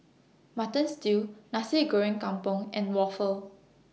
Mutton Stew Nasi Goreng Kampung and Waffle